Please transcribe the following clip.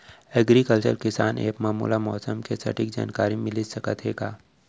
Agriculture किसान app मा मोला मौसम के सटीक जानकारी मिलिस सकत हे का?